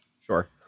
Sure